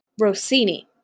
Rossini